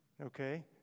okay